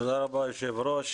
תודה רבה, היושב ראש.